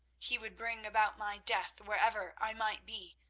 he would bring about my death wherever i might be,